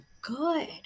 good